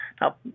now